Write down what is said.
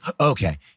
okay